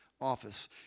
office